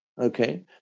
okay